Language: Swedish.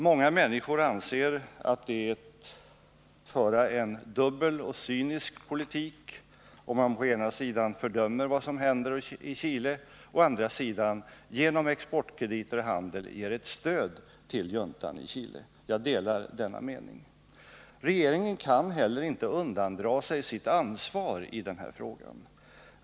Många människor anser att det är att föra en dubbel och cynisk politik, om man å ena sidan fördömer vad som händer i Chile och å andra sidan genom exportkrediter och handel ger ett stöd till juntan i Chile. Jag delar denna mening. Regeringen kan heller inte undandra sig sitt ansvar i den här frågan.